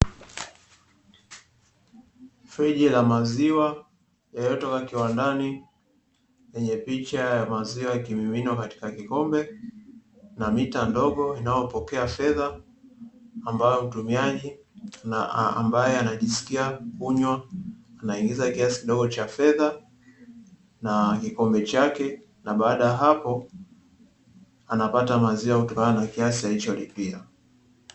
Friji la maziwa yanayotoka kiwandani yenye picha ya maziwa yakimiminwa katika kikombe na mita ndogo inayopokea fedha, ambayo mtumiaji na ambaye anajisikia kunywa anaingiza kiasi kidogo cha fedha na kikombe chake na baada ya hapo anapata maziwa kutokana na kipimo chake alicholipia.